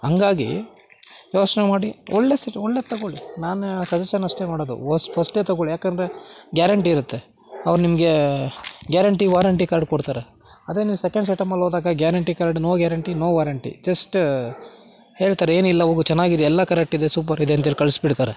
ಹಾಗಾಗಿ ಯೋಚನೆ ಮಾಡಿ ಒಳ್ಳೆದು ಸರಿ ಒಳ್ಳೆದು ತೊಗೊಳ್ಳಿ ನಾನು ಸಜೆಷನ್ ಅಷ್ಟೇ ಮಾಡೋದು ವಸ್ ಫಸ್ಟೇ ತೊಗೊಳ್ಳಿ ಯಾಕಂದರೆ ಗ್ಯಾರಂಟಿ ಇರತ್ತೆ ಅವ್ರು ನಿಮಗೆ ಗ್ಯಾರಂಟಿ ವಾರಂಟಿ ಕಾರ್ಡ್ ಕೊಡ್ತಾರೆ ಆದರೆ ನೀವು ಸೆಕೆಂಡ್ಸ್ ಐಟಮಲ್ಲಿ ಹೋದಾಗ guarantee card no guarantee no warranty just ಹೇಳ್ತಾರೆ ಏನಿಲ್ಲ ಹೋಗು ಚೆನ್ನಾಗಿದೆ ಎಲ್ಲ ಕರೆಕ್ಟಿದೆ ಸೂಪರ್ ಇದೆ ಅಂತೇಳಿ ಕಳ್ಸ್ಬಿಡ್ತಾರೆ